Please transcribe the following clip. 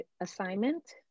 assignment